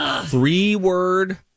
Three-word